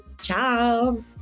Ciao